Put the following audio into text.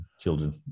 children